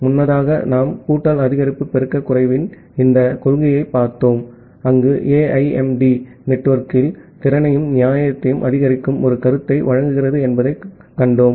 ஆகவே முன்னதாக நாம் கூட்டல் அதிகரிப்பு பெருக்கக் குறைவின் இந்தக் கொள்கைகளைப் பார்த்தோம் அங்கு AIMD நெட்வொர்க்கில் திறனையும் நியாயத்தையும் அதிகரிக்கும் ஒரு கருத்தை வழங்குகிறது என்பதைக் கண்டோம்